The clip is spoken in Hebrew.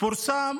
פורסם